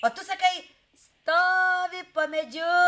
o tu sakai stovi po medžiu